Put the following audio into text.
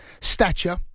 stature